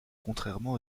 contrairement